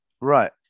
Right